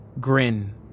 grin